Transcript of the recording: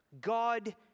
God